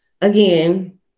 again